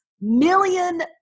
million